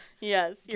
Yes